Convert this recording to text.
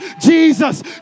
jesus